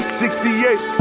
68